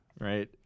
right